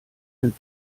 den